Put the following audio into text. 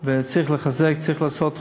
צריך לחזק, צריך לעשות חוק,